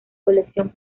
colección